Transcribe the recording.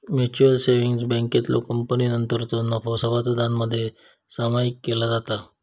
mutual savings बँकेतलो कपातीनंतरचो नफो सभासदांमध्ये सामायिक केलो जाता